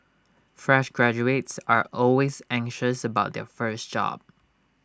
fresh graduates are always anxious about their first job